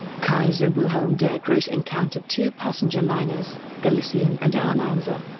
kaiser wilhelm der grosse encountered two passenger liners galician and arlanza.